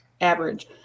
average